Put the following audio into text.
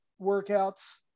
workouts